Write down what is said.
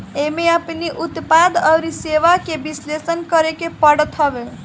एमे अपनी उत्पाद अउरी सेवा के विश्लेषण करेके पड़त हवे